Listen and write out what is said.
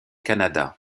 canada